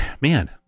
man